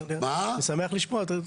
אני שמח לשמוע.